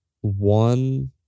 one